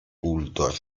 uldor